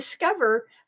discover